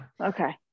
Okay